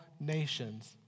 nations